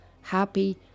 happy